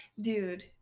Dude